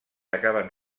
acaben